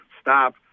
stop